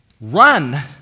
run